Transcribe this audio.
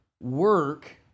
work